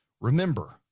remember